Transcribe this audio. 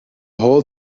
whole